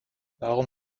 warum